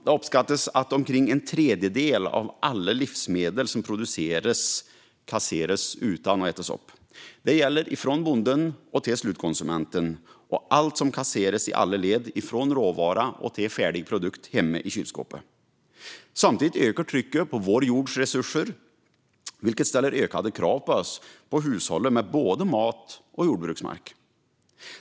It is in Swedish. Det uppskattas att omkring en tredjedel av alla livsmedel som produceras kasseras utan att ätas upp. Det gäller från bonden till slutkonsumenten och allt som kasseras i alla led från råvara till färdig produkt hemma i kylskåpet. Samtidigt ökar trycket på vår jords resurser, vilket ställer ökade krav på oss att hushålla med både mat och jordbruksmark.